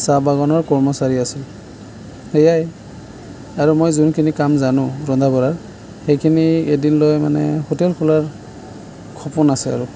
চাহ বাগানৰ কৰ্মচাৰী আছিল সেয়াই আৰু মই যোনখিনি কাম জানো ৰন্ধা বঢ়াৰ সেইখিনি এদিন লৈ মানে হোটেল খোলাৰ সপোন আছে আৰু